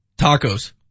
Tacos